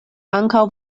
ankaŭ